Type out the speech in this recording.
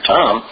Tom